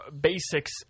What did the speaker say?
basics